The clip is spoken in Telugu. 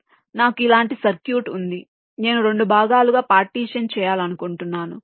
కాబట్టి నాకు ఇలాంటి సర్క్యూట్ ఉంది నేను 2 భాగాలుగా పార్టీషన్ చేయాలనుకుంటున్నాను